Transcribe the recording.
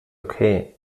okay